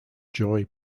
joy